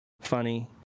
funny